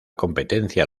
competencia